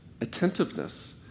attentiveness